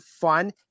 fun